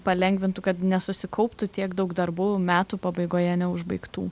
palengvintų kad nesusikauptų tiek daug darbų metų pabaigoje neužbaigtų